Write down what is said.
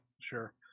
sure